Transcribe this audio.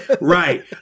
Right